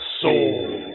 soul